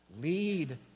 Lead